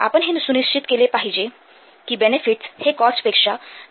आपण हे सुनिश्चित केले पाहिजे कि बेनेफीट्स हे कॉस्टपेक्षा जास्त असणे आवश्यक आहे